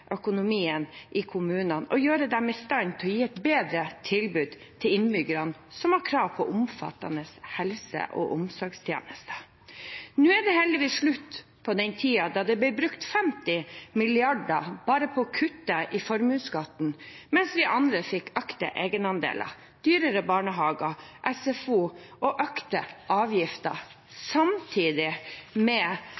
økonomien i kommunene og gjøre dem i stand til å gi et bedre tilbud til innbyggerne, som har krav på omfattende helse- og omsorgstjenester. Nå er det heldigvis slutt på den tiden da det ble brukt 50 mrd. kr bare på å kutte i formuesskatten, mens vi andre fikk økte egenandeler, dyrere barnehager og SFO og økte avgifter,